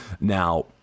Now